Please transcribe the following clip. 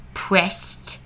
pressed